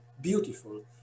beautiful